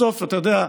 בסוף, אתה יודע,